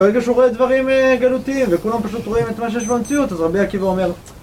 ברגע שהוא רואה דברים גלותיים, וכולם פשוט רואים את מה שיש במציאות, אז רבי עקיבא אומר...